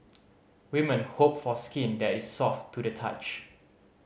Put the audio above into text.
women hope for skin that is soft to the touch